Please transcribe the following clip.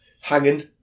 Hanging